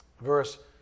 Verse